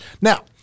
now